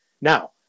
Now